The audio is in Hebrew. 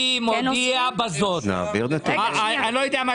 אני לא יודע מה